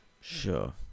sure